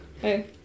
Hey